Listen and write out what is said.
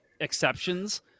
exceptions